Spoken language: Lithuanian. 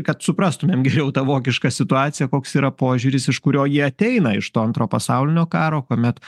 kad suprastumėm geriau tą vokišką situaciją koks yra požiūris iš kurio jie ateina iš to antro pasaulinio karo kuomet